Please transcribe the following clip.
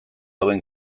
hauen